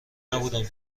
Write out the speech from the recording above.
نبودم